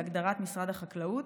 בהגדרת משרד החקלאות.